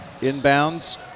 Inbounds